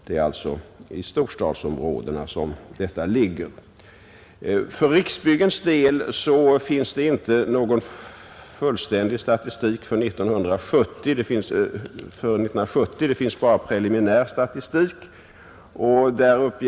Det är alltså i storstadsområdena som värdena är högre, För Riksbyggens del finns det inte någon fullständig statistik 1970 utan bara preliminär statistik.